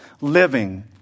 living